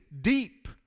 deep